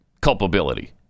culpability